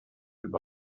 über